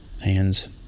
hands